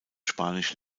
spanisch